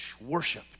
worship